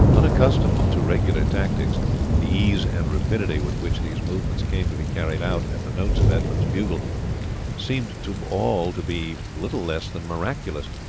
unaccustomed to regular tactics the ease and rapidity with which these movements came to be carried out at the notes of edmund's bugle seemed to all to be little less than miraculous,